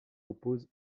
oppose